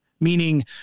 meaning